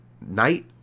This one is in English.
night